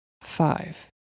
five